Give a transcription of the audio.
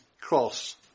cross